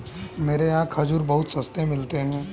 मेरे यहाँ खजूर बहुत सस्ते मिलते हैं